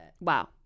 Wow